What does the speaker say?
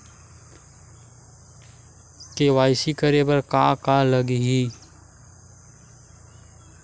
KYC करे बर का का लगही?